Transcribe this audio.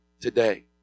today